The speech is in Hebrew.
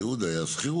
הייעוד היה שכירות.